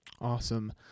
Awesome